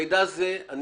אני